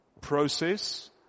process